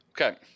Okay